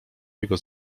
jego